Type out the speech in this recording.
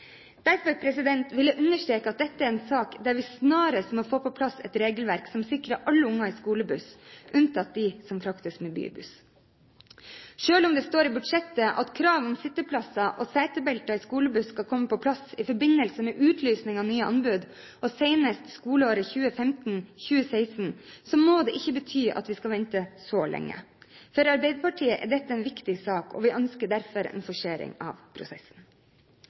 Derfor vil jeg understreke at dette er en sak der vi snarest må få på plass et regelverk som sikrer alle unger i skolebuss, unntatt dem som fraktes med bybuss. Selv om det står i budsjettet at krav om sitteplasser og setebelter i skolebuss skal komme på plass i forbindelse med utlysning av nye anbud og senest skoleåret 2015/2016, må ikke det bety at vi skal vente så lenge. For Arbeiderpartiet er dette en viktig sak, og vi ønsker derfor en forsering av prosessen.